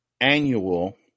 annual